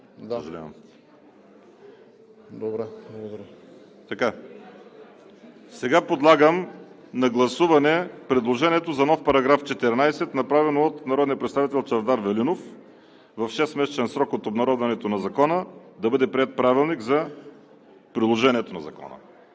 ВАЛЕРИ СИМЕОНОВ: Сега подлагам на гласуване предложението за нов § 14, направено от народния представител Чавдар Велинов – „В шестмесечен срок от обнародването на закона да бъде приет правилник за приложението на закона“.